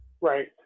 right